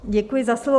Děkuji za slovo.